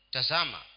Tazama